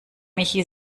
michi